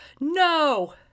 No